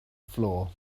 floor